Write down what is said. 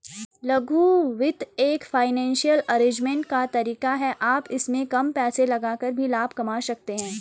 लघु वित्त एक फाइनेंसियल अरेजमेंट का तरीका है आप इसमें कम पैसे लगाकर भी लाभ ले सकते हैं